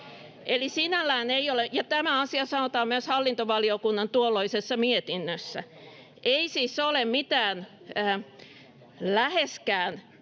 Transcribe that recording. tämä asia sanotaan myös hallintovaliokunnan tuolloisessa mietinnössä. Ei siis ole mitään läheskään